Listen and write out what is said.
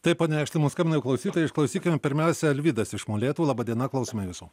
taip pone jakštai mums skambina jau klausytojai išklausykime pirmiausia alvydas iš molėtų laba diena klausome jūsų